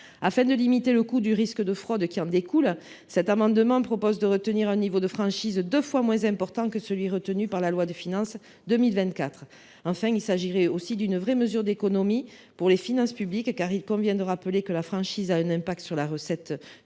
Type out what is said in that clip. Afin de limiter le coût du risque de fraude qui en découle, nous proposons de retenir un niveau de franchise deux fois moins important que celui qui a été retenu en loi de finances 2024. Enfin, il s’agirait aussi d’une véritable mesure d’économie pour les finances publiques, car il convient de rappeler que la franchise a un impact sur les recettes de